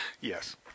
Yes